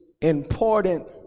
important